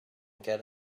get